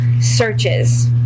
searches